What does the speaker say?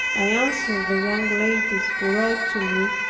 i answered the young ladies who wrote to me,